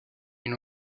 une